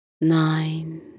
nine